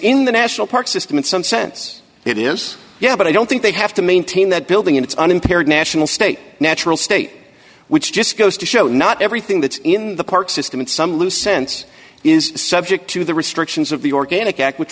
in the national park system in some sense it is yeah but i don't think they have to maintain that building in its unimpaired national state natural state which just goes to show not everything that's in the park system in some loose sense is subject to the restrictions of the organic act which